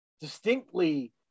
distinctly